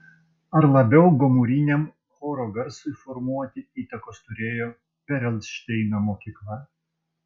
ar labiau gomuriniam choro garsui formuoti įtakos turėjo perelšteino mokykla